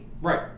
right